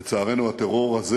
לצערנו, הטרור הזה